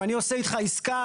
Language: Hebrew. אם אני עושה איתך עסקה,